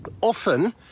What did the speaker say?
often